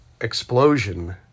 explosion